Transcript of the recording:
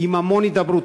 עם המון הידברות.